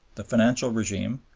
the financial regime,